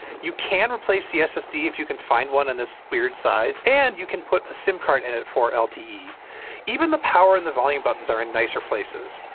you can replace the ssd if you can find one in this weird size, and you can put a sim card in it for lte. even the power and the volume buttons are in nicer places.